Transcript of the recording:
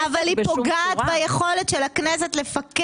אבל היא פוגעת ביכולת של הכנסת לפקח,